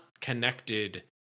connected